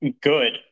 good